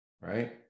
Right